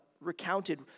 recounted